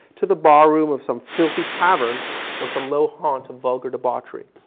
to the bar room of some fility tavern or some low haunt of vulgar debauchery.